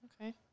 Okay